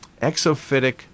exophytic